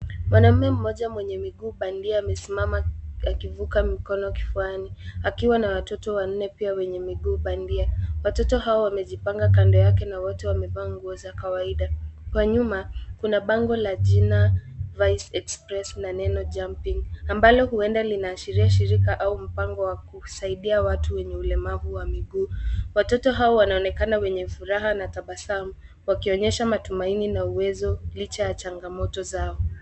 Mwanaume mmoja mwenye miguu bandia, amesimama akivuka mikono kifuani, akiwa na watoto wanne pia wenye miguu bandia. Watoto hawa wamejipanga kando yake na wote wamevaa nguo za kawaida. Kwa nyuma, kuna bango la jina Vicexpress na neno jumping , ambalo huenda linaashiria shirika au mpango wa kusaidia watu wenye ulemavu wa miguu. Watoto hawa wanaonekana wenye furaha na tabasamu, wakionyesha matumaini na uwezo licha ya changamoto zao.